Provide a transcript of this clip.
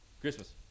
Christmas